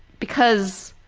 because